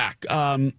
back